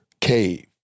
cave